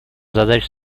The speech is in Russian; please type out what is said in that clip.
задача